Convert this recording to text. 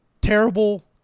Terrible